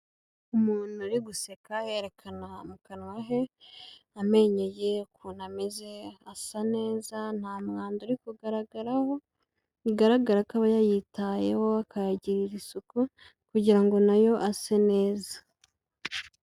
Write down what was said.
Umuntu uri guseka yerekana mu kanwa he, amenyo ye ukuntu ameze asa neza, nta mwanda uri kugaragaraho, bigaragara ko aba yayitayeho, akayagirira isuku kugira ngo na yo ase neza.